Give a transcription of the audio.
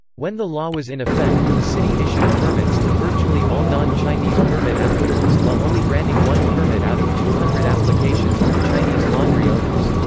when the law was in effect, the city issued permits to virtually all non-chinese permit applicants, while only granting one permit out of two hundred applications from chinese laundry owners.